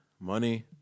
money